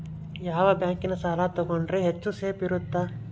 ಯಾವ ಬ್ಯಾಂಕಿನ ಸಾಲ ತಗೊಂಡ್ರೆ ಹೆಚ್ಚು ಸೇಫ್ ಇರುತ್ತಾ?